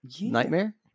Nightmare